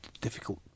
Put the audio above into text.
difficult